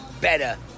better